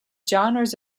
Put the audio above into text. genres